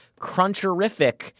cruncherific